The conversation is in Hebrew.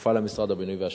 כפופה למשרד הבינוי והשיכון,